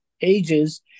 ages